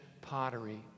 pottery